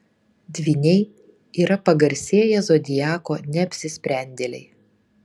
dvyniai yra pagarsėję zodiako neapsisprendėliai